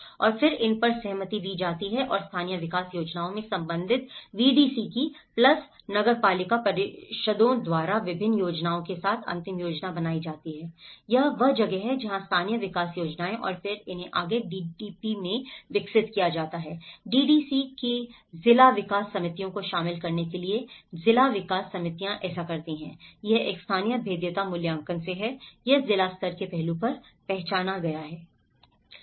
और फिर इन पर सहमति दी जाती है और स्थानीय विकास योजनाओं में संबंधित VDC की प्लस नगरपालिका परिषदों द्वारा विभिन्न योजनाओं के साथ अंतिम योजना बनाई जाती है यह वह जगह है जहां स्थानीय विकास योजनाएं और फिर इन्हें आगे DDP में विकसित किया जाता है डीडीसी के जिला विकास समितियों को शामिल करने के लिए जिला विकास समितियां ऐसा करती हैं यह एक स्थानीय भेद्यता मूल्यांकन से है यह जिला स्तर के पहलू पर पहचाना गया है